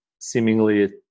seemingly